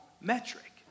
metric